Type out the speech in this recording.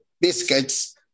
biscuits